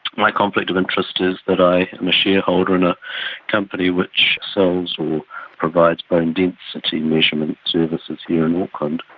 my conflict of interest is that i am a shareholder in a company which sells or provides bone density measurement services here in auckland,